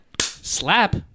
slap